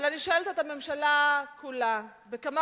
אבל אני שואלת את הממשלה כולה: בכמה